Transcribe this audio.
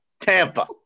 Tampa